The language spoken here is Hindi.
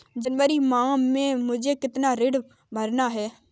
जनवरी माह में मुझे कितना ऋण भरना है?